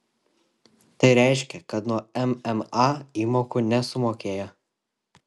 tai reiškia kad nuo mma įmokų nesumokėjo